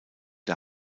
der